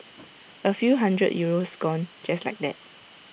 A few hundred euros gone just like that